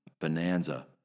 Bonanza